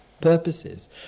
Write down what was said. purposes